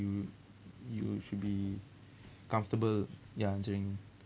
you you should be comfortable ya answering